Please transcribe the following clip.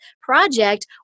project